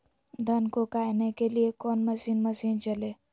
धन को कायने के लिए कौन मसीन मशीन चले?